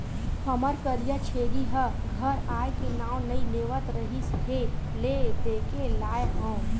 हमर करिया छेरी ह घर आए के नांव नइ लेवत रिहिस हे ले देके लाय हँव